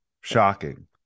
Shocking